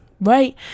Right